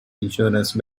insurance